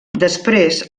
després